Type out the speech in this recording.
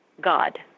god